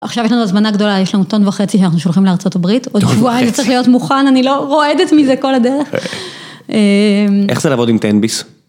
עכשיו יש לנו הזמנה גדולה, יש לנו טון וחצי שאנחנו שולחים לארה״ב, עוד שבועיים זה צריך להיות מוכן, אני לא רועדת מזה כל הדרך. איך זה לעבוד עם תן ביס?